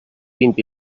vint